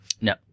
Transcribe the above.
No